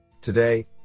Today